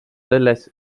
selles